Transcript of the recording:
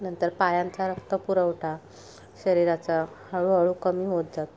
नंतर पायांचा रक्त पुरवठा शरीराचा हळूहळू कमी होत जातो